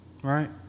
right